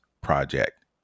project